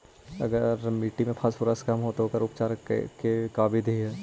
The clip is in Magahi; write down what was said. अगर मट्टी में फास्फोरस कम है त ओकर उपचार के का बिधि है?